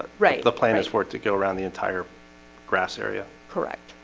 right? the plan is work to go around the entire grass area, correct.